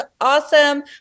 awesome